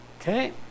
Okay